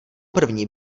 první